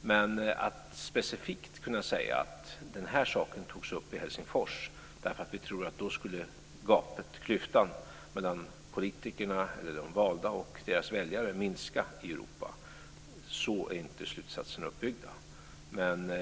Vi kan dock inte specifikt säga att en viss sak togs upp i Helsingfors därför att vi trodde att att klyftan mellan politikerna, de valda, och deras väljare därmed skulle minska i Europa. Så är inte slutsatserna uppbyggda. Men